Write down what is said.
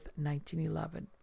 1911